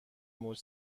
موج